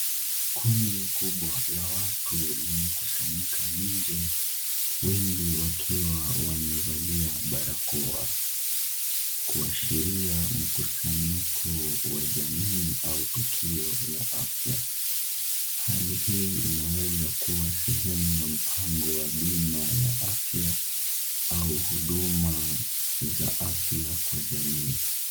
Kundi kubwa la watu limekusanyika nje wengi wakiwa wamevalia barakoa kuashiria mkusanyiko wa jamii au tukio la afya . Hali hii inaweza kuwa sehemu ya mpango wa bima ya afya au huduma za afya kwa jamii.